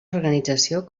organització